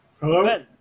Hello